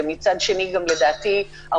אבל חשוב לומר שבהוראת שעה של שר העבודה